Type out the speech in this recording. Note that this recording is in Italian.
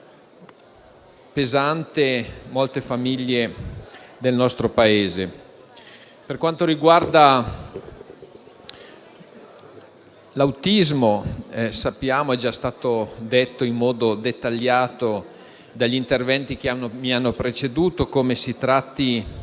pesantemente molte famiglie del nostro Paese. Per quanto riguarda l'autismo, sappiamo - ed è già stato detto in modo dettagliato negli interventi che mi hanno preceduto - che si tratta